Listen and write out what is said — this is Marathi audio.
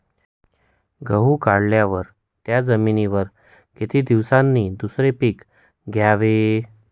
गहू काढल्यावर त्या जमिनीवर किती दिवसांनी दुसरे पीक घ्यावे?